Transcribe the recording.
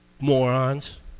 Morons